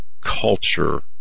culture